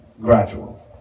gradual